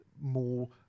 more